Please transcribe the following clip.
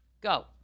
Go